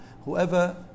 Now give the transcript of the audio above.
Whoever